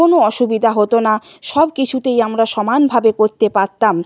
কোনো অসুবিধা হতো না সব কিছুতেই আমরা সমানভাবে করতে পারতাম